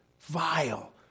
vile